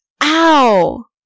Ow